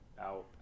out